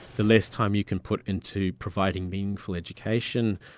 the less time you can put into providing meaningful education,